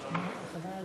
שלו.